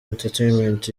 entertainment